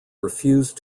refused